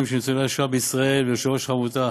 של ניצולי השואה בישראל ויושב-ראש העמותה